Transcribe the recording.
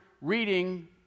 reading